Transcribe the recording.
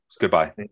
Goodbye